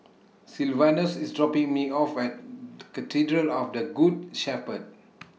Sylvanus IS dropping Me off At Cathedral of The Good Shepherd